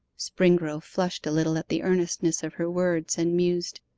springrove flushed a little at the earnestness of her words, and mused.